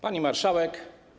Pani Marszałek!